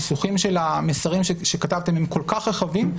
הניסוחים של המסרים שכתבתם הם כל כך רחבים,